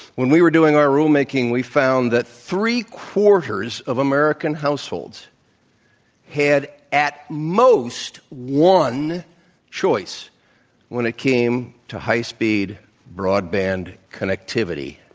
when we were doing our rulemaking, we found that three quarters of american households had at most one choice when it came to high-speed broadband internet connectivity.